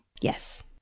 Yes